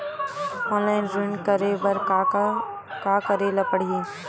Online ऋण करे बर का करे ल पड़हि?